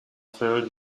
filled